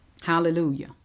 Hallelujah